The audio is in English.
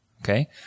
Okay